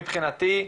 מבחינתי,